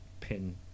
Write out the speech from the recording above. pin